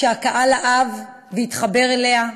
שהקהל אהב והתחבר אליה.